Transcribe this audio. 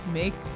make